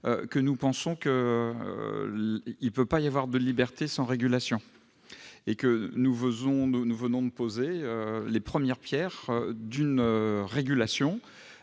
à penser qu'il ne peut pas y avoir de liberté sans régulation. Nous venons de poser les premières pierres d'une régulation